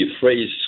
phrase